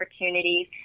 opportunities